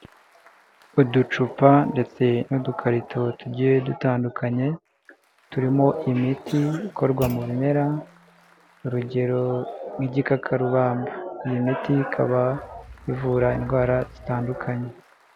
Uducupa ndetse n'udukarito tugiye dutandukanye, turimo imiti ikorwa mu bimera urugero rw'igikakarubamba, iyi miti ikaba ivura indwara zitandukanye.